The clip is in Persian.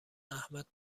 احمد